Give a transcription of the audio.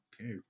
Okay